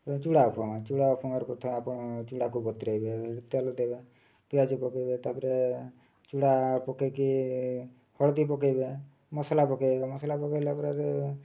ତ ଚୁଡ଼ା ଉପମା ଚୁଡ଼ା ଉପମାର ପ୍ରଥମେ ଆପଣ ଚୁଡ଼ାକୁ ବତୁରେଇବେ ତେଲ ଦେବେ ପିଆଜ ପକେଇବେ ତା'ପରେ ଚୁଡ଼ା ପକାଇକି ହଳଦୀ ପକାଇବେ ମସଲା ପକାଇବେ ମସଲା ପକାଇଲା ପରେ